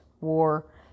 war